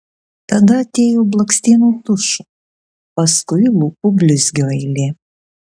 tada atėjo blakstienų tušo paskui lūpų blizgio eilė